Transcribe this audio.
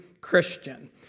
Christian